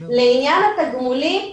לעניין התגמולים,